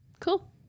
Cool